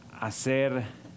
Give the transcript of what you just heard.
hacer